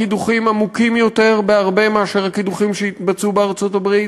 גם הקידוחים עמוקים בהרבה מהקידוחים שנעשו בארצות-הברית,